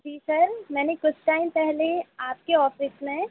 जी sir मैंने कुछ time पहले आपके ऑफिस में